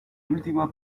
último